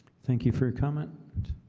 thank you for your coming